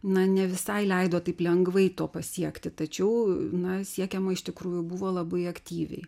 na ne visai leido taip lengvai to pasiekti tačiau na siekiama iš tikrųjų buvo labai aktyviai